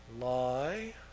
lie